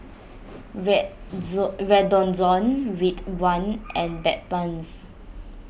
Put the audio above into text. Redoxon Ridwind and Bedpans